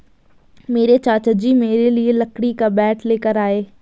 मेरे चाचा जी मेरे लिए लकड़ी का बैट लेकर आए